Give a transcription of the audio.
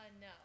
No